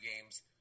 games